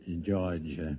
George